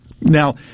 Now